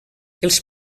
els